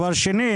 שנית,